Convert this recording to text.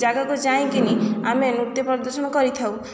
ଯାଗାକୁ ଯାଇକି ଆମେ ନୃତ୍ୟ ପ୍ରଦର୍ଶିତ କରିଥାଉ